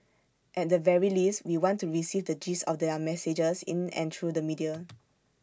at the very least we want to receive the gist of their messages in and through the media